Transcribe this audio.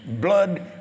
blood